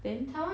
then